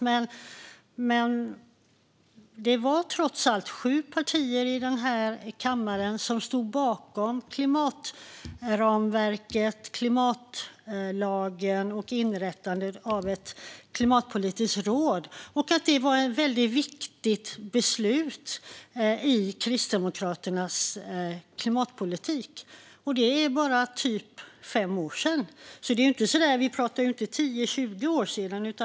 Men det var trots allt sju partier i kammaren som stod bakom klimatramverket, klimatlagen och inrättandet av ett klimatpolitiskt råd. Det var ett väldigt viktigt beslut i Kristdemokraternas klimatpolitik. Det är bara fem år sedan. Vi talar inte om tio eller tjugo år sedan.